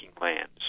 lands